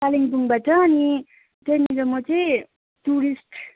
कालिम्पोङबाट अनि त्यहाँनिर म चाहिँ टुरिस्ट